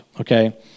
okay